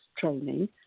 training